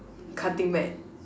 cutting mat